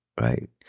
right